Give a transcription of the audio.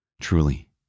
Truly